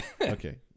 okay